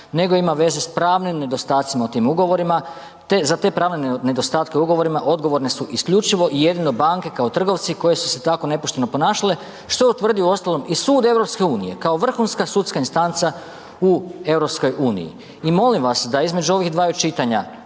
nego ima veze s pravnim nedostacima u tim ugovorima. Za te pravne nedostatke u ugovorima odgovorne su isključivo i jedino banke kao trgovci koje su se tako nepošteno ponašale što je utvrdio uostalom i Sud EU, kao vrhunska sudska instanca u EU. I molim vas da između ovih dvaju čitanja